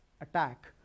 attack